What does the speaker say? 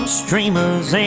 streamers